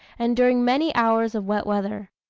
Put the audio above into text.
and during many hours of wet weather.